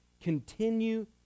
Continue